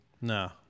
no